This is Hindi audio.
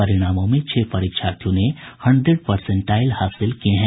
परिणमों में छह परीक्षार्थियों ने हंड्रेड परसेंटाइल हासिल किये है